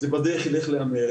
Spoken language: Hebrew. זה בדרך ילך להמר.